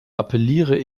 appelliere